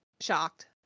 shocked